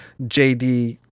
JD